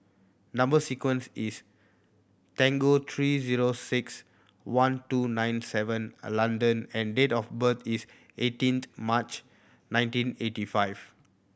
number sequence is Tango three zero six one two nine seven a London and date of birth is eighteenth March nineteen eighty five